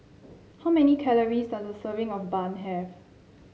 how many calories does a serving of bun have